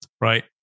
right